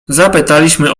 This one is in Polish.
zapytaliśmy